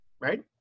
Right